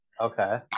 Okay